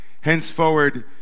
Henceforward